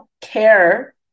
care